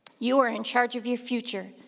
you are in charge of your future.